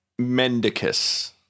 Mendicus